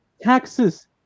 taxes